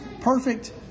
perfect